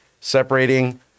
separating